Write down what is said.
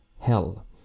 hell